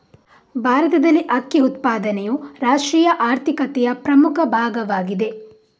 ಭಾರತದಲ್ಲಿ ಅಕ್ಕಿ ಉತ್ಪಾದನೆಯು ರಾಷ್ಟ್ರೀಯ ಆರ್ಥಿಕತೆಯ ಪ್ರಮುಖ ಭಾಗವಾಗಿದೆ